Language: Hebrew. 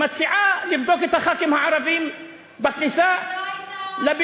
ומציעה לבדוק את חברי הכנסת הערבים בכניסה לבניין.